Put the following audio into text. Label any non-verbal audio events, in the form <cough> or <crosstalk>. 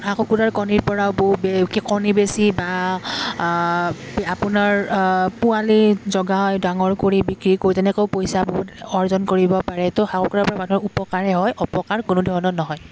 হাঁহ কুকুৰাৰ কণীৰপৰাও <unintelligible> কি কণী বেচি বা আপোনাৰ পোৱালি জগাই ডাঙৰ কৰি বিক্ৰী কৰি তেনেকৈও পইচা বহুত অৰ্জন কৰিব পাৰে তো হাঁহ কুকুৰাৰপৰা মানুহৰ উপকাৰহে হয় অপকাৰ কোনো ধৰণৰ নহয়